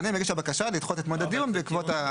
הסתדרות הקבלנים הגישה בקשה לדחות את מועד הדיון בעקבות הזה.